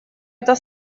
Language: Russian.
это